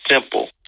simple